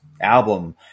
album